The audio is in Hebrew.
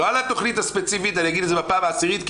לא על התכנית הספציפית ואגיד את זה בפעם העשירית כי